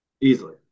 Easily